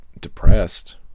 depressed